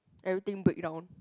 everything break down